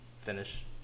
finish